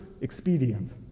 expedient